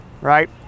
right